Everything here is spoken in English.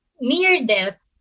near-death